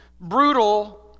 brutal